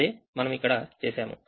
అదే మనము ఇక్కడ చేశాము